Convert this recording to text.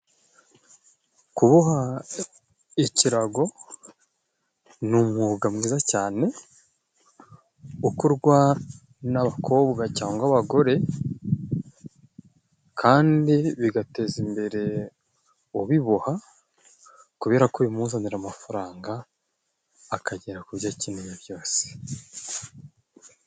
Kuboha ikirago n'umwuga mwiza cyane, ukorwa n'abakobwa cyangwa abagore, kandi bigateza imbere ubiboha, kubera ko bimuzanira amafaranga, akagera ku byo akeneye byose.